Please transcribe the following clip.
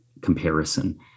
comparison